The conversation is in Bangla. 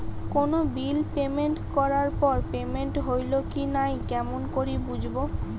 কোনো বিল পেমেন্ট করার পর পেমেন্ট হইল কি নাই কেমন করি বুঝবো?